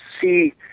see